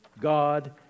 God